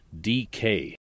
DK